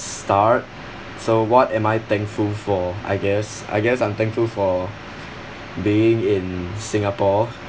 start so what am I thankful for I guess I guess I'm thankful for being in singapore